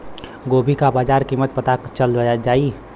गोभी का बाजार कीमत पता चल जाई?